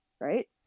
right